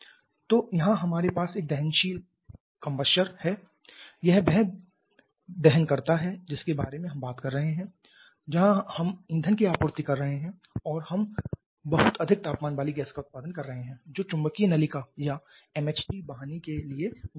तो यहाँ हमारे पास एक दहनशील है यह वह दहनकर्ता है जिसके बारे में हम बात कर रहे हैं जहाँ हम ईंधन की आपूर्ति कर रहे हैं और हम बहुत अधिक तापमान वाली गैस का उत्पादन कर रहे हैं जो चुंबकीय नलिका या MHD वाहिनी के लिए गुजर रही है